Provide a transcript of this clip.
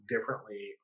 differently